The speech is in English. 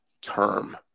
Term